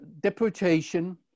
deportation